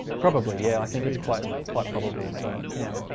probably yeah i think it's quite quite probable so yeah